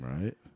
Right